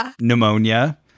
pneumonia